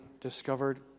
discovered